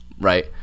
right